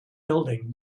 building